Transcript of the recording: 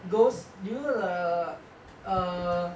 ghosts do you know the err